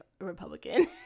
Republican